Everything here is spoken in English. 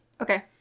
Okay